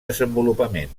desenvolupament